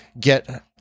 get